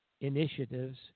initiatives